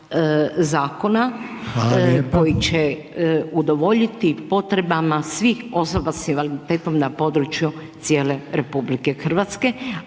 Hvala lijepa.